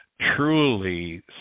truly